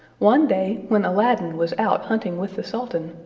one day, when aladdin was out hunting with the sultan,